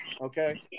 Okay